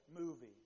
movie